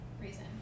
reason